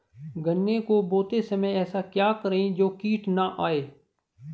गन्ने को बोते समय ऐसा क्या करें जो कीट न आयें?